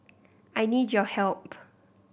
I need your help